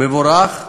מבורך,